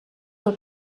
del